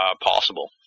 possible